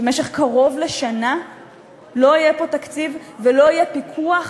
שבמשך קרוב לשנה לא יהיה פה תקציב ולא יהיה פיקוח